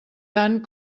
tant